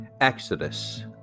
Exodus